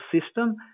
system